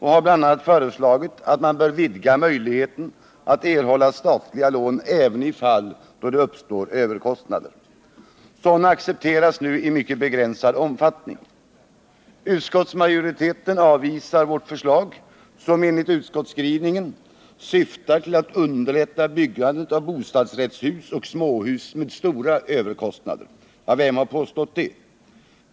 Vi har bl.a. föreslagit att man bör vidga möjligheten att erhålla statliga lån även i de fall då det uppstår överkostnader. Sådana accepteras nu endast i mycket begränsad omfattning. Utskottsmajoriteten avvisar vårt förslag, som enligt utskottsskrivningen ”syftar till att underlätta byggandet av bostadsrättshus och småhus med stora överkostnader”. Vem har påstått det?